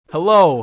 Hello